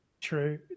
True